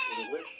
English